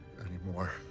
anymore